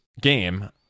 game